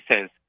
says